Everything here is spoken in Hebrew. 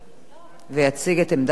ויציג את עמדת הממשלה.